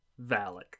Valak